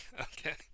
Okay